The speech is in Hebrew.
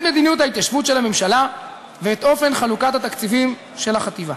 את מדיניות ההתיישבות של הממשלה ואת אופן חלוקת התקציבים של החטיבה.